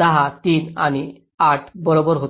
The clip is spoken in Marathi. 10 3 आणि 8 बरोबर होते